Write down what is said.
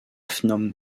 phnom